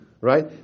right